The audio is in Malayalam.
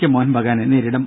കെ മോഹൻബഗാനെ നേരിടും